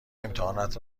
امتحانات